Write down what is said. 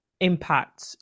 impact